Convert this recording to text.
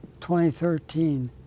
2013